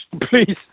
Please